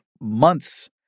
months